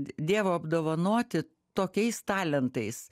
dievo apdovanoti tokiais talentais